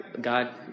God